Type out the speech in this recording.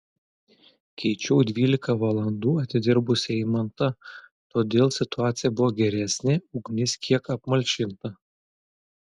keičiau dvylika valandų atidirbusį eimantą todėl situacija buvo geresnė ugnis kiek apmalšinta